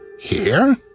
Here